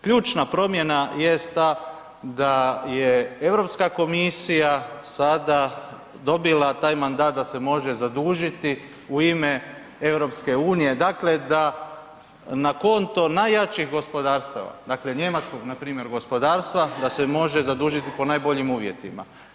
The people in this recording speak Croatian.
Ključna promjena jest ta da je Europska komisija sada dobila taj mandat da se može zadužiti u ime EU, dakle da na konto najjačeg gospodarstva, dakle Njemačkog npr. gospodarstva da se može zadužiti po najboljim uvjetima.